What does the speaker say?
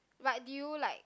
but did you like